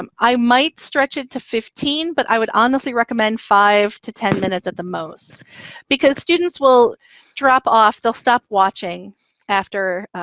um i might stretch it to fifteen, but i would honestly recommend five to ten minutes at the most because students will drop off. they'll stop watching after, ah,